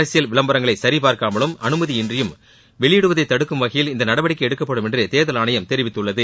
அரசியல் விளம்பரங்களை சரிபார்க்காமலும் அனுமதியின்றியும் வெளியிடுவதை தடுக்கும் வகையில் இந்த நடவடிக்கை எடுக்கப்படும் என்று தேர்தல் ஆணையம் தெரிவித்துள்ளது